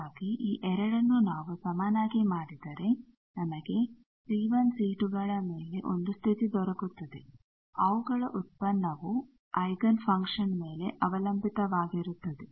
ಹಾಗಾಗಿ ಈ ಎರಡನ್ನು ನಾವು ಸಮನಾಗಿ ಮಾಡಿದರೆ ನಮಗೆ C1 C2 ಗಳ ಮೇಲೆ ಒಂದು ಸ್ಥಿತಿ ದೊರಕುತ್ತದೆ ಅವುಗಳ ಉತ್ಪನ್ನವು ಐಗನ್ ಫಂಕ್ಷನ್ ಮೇಲೆ ಅವಲಂಬಿತವಾಗಿರುತ್ತದೆ